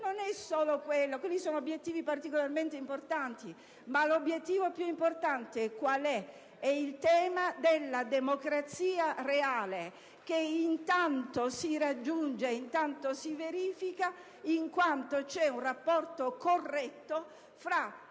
Non è solo quello: quelli sono obiettivi particolarmente importanti, ma l'obiettivo più importante qual è? È il tema della democrazia reale, che, in tanto si raggiunge e si verifica, in quanto c'è un rapporto corretto fra